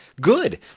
Good